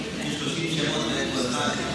שמות ואין פה אחד.